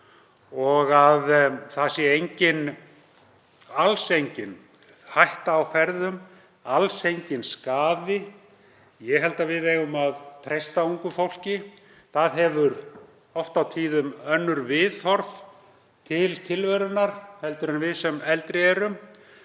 og að það sé alls engin hætta á ferðum, alls enginn skaði. Ég held að við eigum að treysta ungu fólki. Það hefur oft og tíðum önnur viðhorf til tilverunnar en við sem eldri erum,